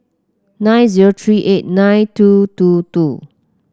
nine zero three eight nine two two two